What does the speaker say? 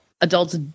adults